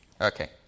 Okay